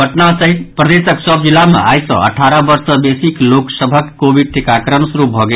पटना सहित प्रदेशक सभ जिला मे आइ सँ अठारह वर्ष सँ वेसीक लोक सभक कोविड टीकाकरण शुरू भऽ गेल